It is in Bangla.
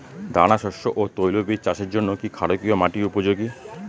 দানাশস্য ও তৈলবীজ চাষের জন্য কি ক্ষারকীয় মাটি উপযোগী?